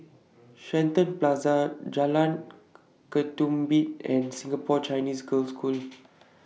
Shenton Plaza Jalan Ketumbit and Singapore Chinese Girls' School